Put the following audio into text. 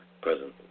present